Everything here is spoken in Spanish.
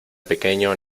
pequeño